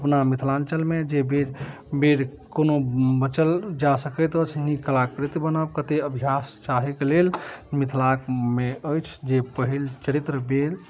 अपना मिथिलाञ्चलमे जे बेर बेर कोनो बचल जा सकैत अछि नीक कलाकृत बनाब कते अभ्यास चाहैके लेल मिथिलाकमे अछि जे पहिल चरित्र बेर